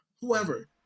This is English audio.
whoever